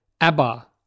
ABBA